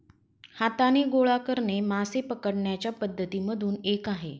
हाताने गोळा करणे मासे पकडण्याच्या पद्धती मधून एक आहे